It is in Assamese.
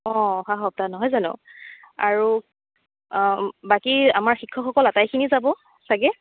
অঁ অহা সপ্তাহ নহয় জানো আৰু বাকী আমাৰ শিক্ষকসকল আটাইখিনি যাব চাগে